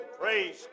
praise